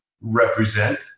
represent